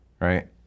right